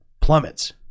plummets